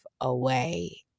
away